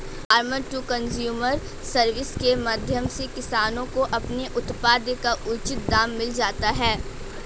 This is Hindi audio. फार्मर टू कंज्यूमर सर्विस के माध्यम से किसानों को अपने उत्पाद का उचित दाम मिल जाता है